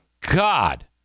god